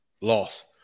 loss